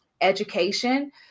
education